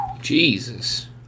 Jesus